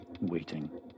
waiting